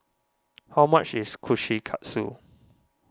how much is Kushikatsu